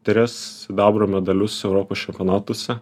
tris sidabro medalius europos čempionatuose